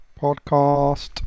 Podcast